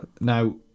Now